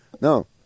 No